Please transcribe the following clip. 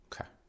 Okay